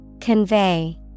Convey